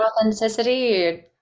authenticity